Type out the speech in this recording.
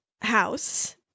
house